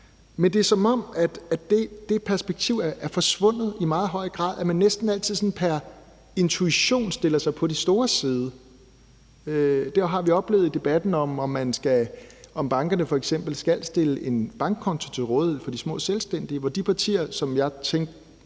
Men det er, som om det perspektiv er forsvundet i meget høj grad, at man næsten altid sådan pr. intuition stiller sig på de stores side. Det har vi oplevet i debatten om, om bankerne f.eks. skal stille en bankkonto til rådighed for de små selvstændige, hvor de partier, som jeg tænkte